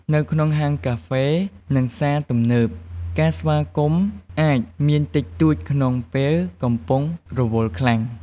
នៅក្នុងហាងកាហ្វេ និងផ្សារទំនើប ការស្វាគមន៍អាចមានតិចតួចក្នុងពេលកំពុងរវល់ខ្លាំង។